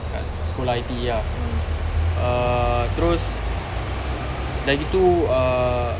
kat sekolah I_T_E ah uh terus dah gitu uh